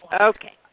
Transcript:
Okay